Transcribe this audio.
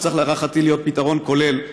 שצריך להערכתי להיות פתרון כולל,